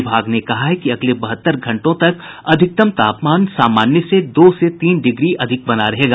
विभाग ने कहा है कि अगले बहत्तर घंटों तक अधिकतम तापमान सामान्य से दो से तीन डिग्री अधिक बना रहेगा